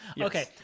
Okay